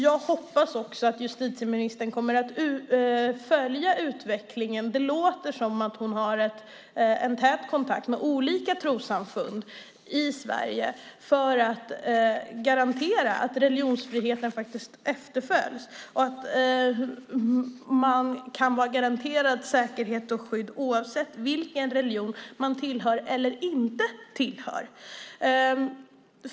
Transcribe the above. Jag hoppas också att justitieministern kommer att följa utvecklingen. Det låter som om hon har en tät kontakt med olika trossamfund i Sverige för att garantera att religionsfriheten efterföljs och att man kan vara garanterad säkerhet och skydd oavsett vilken religion man tillhör eller inte tillhör.